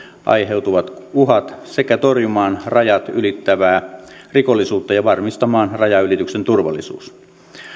aiheutuvat uhat sekä torjumaan rajat ylittävää rikollisuutta ja varmistamaan rajanylityksen turvallisuus